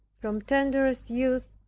from tenderest youth,